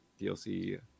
DLC